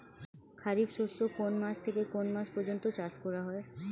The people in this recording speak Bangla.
খারিফ শস্য কোন মাস থেকে কোন মাস পর্যন্ত চাষ করা হয়?